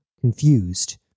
confused